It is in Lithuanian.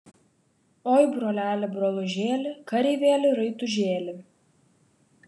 oi broleli brolužėli kareivėli raitužėli